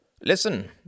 Listen